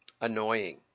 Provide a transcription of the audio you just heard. annoying